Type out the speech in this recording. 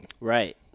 Right